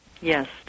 Yes